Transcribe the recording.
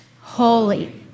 holy